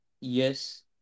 yes